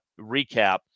recap